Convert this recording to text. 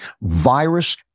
virus